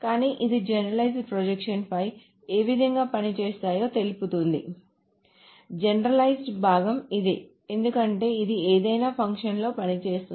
కానీఇది generalised projections ఏ విధంగా పనిచేస్తాయో తెలుపుతుంది జనరలైజ్డ్ భాగం ఇదే ఎందుకంటే ఇది ఏదైనా ఫంక్షన్లో పనిచేస్తుంది